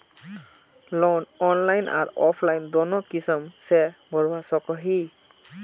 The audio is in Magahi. लोन ऑनलाइन आर ऑफलाइन दोनों किसम के भरवा सकोहो ही?